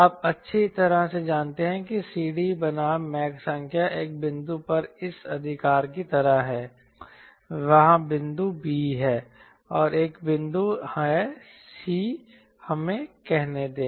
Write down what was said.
आप अच्छी तरह से जानते हैं कि CD बनाम मैक संख्या एक बिंदु पर इस अधिकार की तरह है वहाँ बिंदु b है और एक बिंदु है c हमें कहने दें